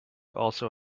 also